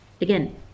Again